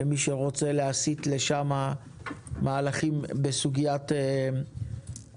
למי שרוצה להסיט לשם מהלכים בסוגיית החקלאות.